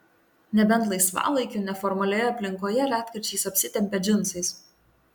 nebent laisvalaikiu neformalioje aplinkoje retkarčiais apsitempia džinsais